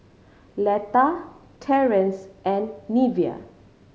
Letta Terance and Neveah